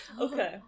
Okay